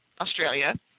Australia